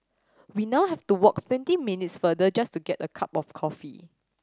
we now have to walk twenty minutes farther just to get a cup of coffee